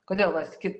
kodėl vat kai